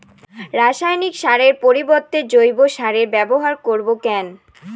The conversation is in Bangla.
রাসায়নিক সারের পরিবর্তে জৈব সারের ব্যবহার করব কেন?